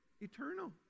Eternal